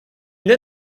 naît